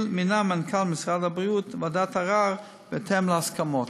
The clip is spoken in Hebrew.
מינה מנכ"ל משרד הבריאות ועדת ערר בהתאם להסכמות.